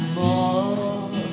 more